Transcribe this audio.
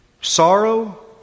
sorrow